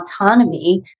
autonomy